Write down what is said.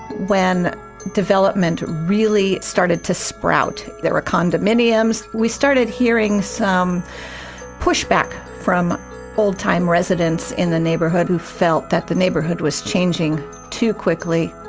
when development really started to sprout, there were condominiums, we started hearing some push back from old-time residents in the neighborhood who felt that the neighborhood was changing too quickly.